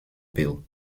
bill